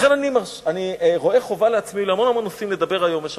לכן אני רואה חובה לעצמי לדבר היום על המון המון נושאים,